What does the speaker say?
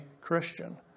Christian